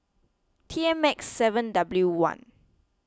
T M X seven W one